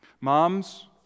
Moms